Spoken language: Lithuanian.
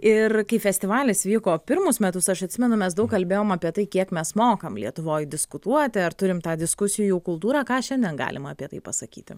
ir kai festivalis vyko pirmus metus aš atsimenu mes daug kalbėjom apie tai kiek mes mokam lietuvoj diskutuoti ar turim tą diskusijų kultūrą ką šiandien galima apie tai pasakyti